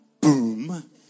boom